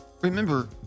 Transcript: Remember